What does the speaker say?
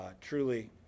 truly